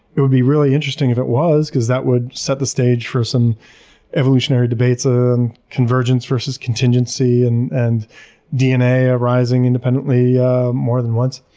it would be really interesting if it was because that would set the stage for some evolutionary debates ah and convergence versus contingency and and dna arising independently more than once.